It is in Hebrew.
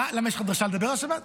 השבת